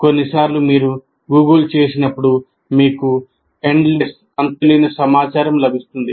కొన్నిసార్లు మీరు గూగుల్ సమాచారం లభిస్తుంది